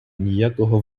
ніякого